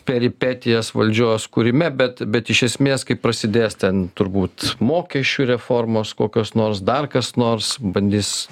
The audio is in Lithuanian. peripetijas valdžios kūrime bet bet iš esmės kai prasidės ten turbūt mokesčių reformos kokios nors dar kas nors bandys